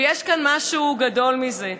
ויש כאן משהו גדול מזה,